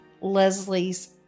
Leslie's